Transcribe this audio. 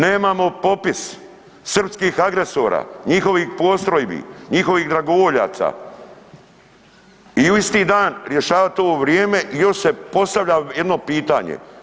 Nemamo popis srpskih agresora, njihovih postrojbi, njihovih dragovoljaca, i u isti dan rješavati ovo vrijeme, još se postavlja jedno pitanje.